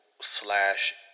slash